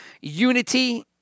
unity